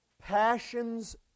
passions